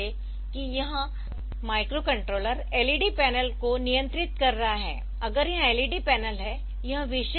तो मान लें कि यह माइक्रोकंट्रोलर LED पैनल को नियंत्रित कर रहा है अगर यह LED पैनल है